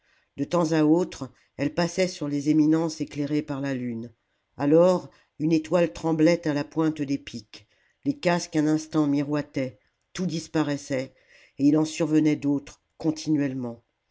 de temps à autre elles passaient sur les éminences éclairées par la lune alors une étoile tremblait à la pointe des piques les casques un instant miroitaient tout disparaissait et il en survenait d'autres continuellement